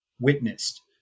witnessed